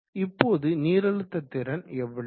இப்போது நீரழுத்த திறன் எவ்வளவு